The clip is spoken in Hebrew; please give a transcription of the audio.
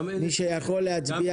מי שיכול להצביע.